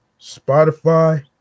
Spotify